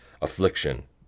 affliction